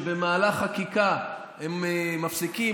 שבמהלך חקיקה הם מפסיקים,